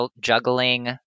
juggling